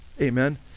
Amen